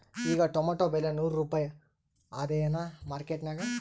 ಈಗಾ ಟೊಮೇಟೊ ಬೆಲೆ ನೂರು ರೂಪಾಯಿ ಅದಾಯೇನ ಮಾರಕೆಟನ್ಯಾಗ?